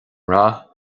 rath